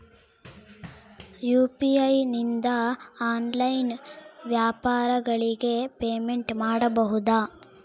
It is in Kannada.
ಯು.ಪಿ.ಐ ನಿಂದ ಆನ್ಲೈನ್ ವ್ಯಾಪಾರಗಳಿಗೆ ಪೇಮೆಂಟ್ ಮಾಡಬಹುದಾ?